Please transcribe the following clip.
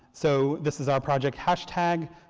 so this is our project hashtag.